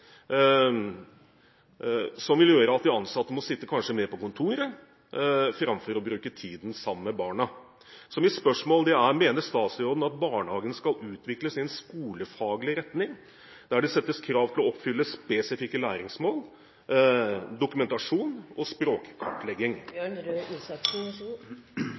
som vil gjøre at de ansatte kanskje må sitte mer på kontoret – framfor å bruke tiden sammen med barna. Så mitt spørsmål er: Mener statsråden at barnehagen skal utvikles i en skolefaglig retning, der det settes krav til å oppfylle spesifikke læringsmål, dokumentasjon og språkkartlegging?